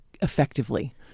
effectively